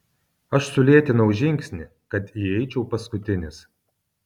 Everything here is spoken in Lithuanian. aš sulėtinau žingsnį kad įeičiau paskutinis